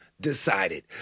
decided